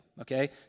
okay